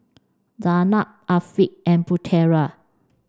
Zaynab Afiq and Putera